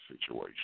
situation